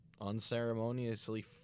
unceremoniously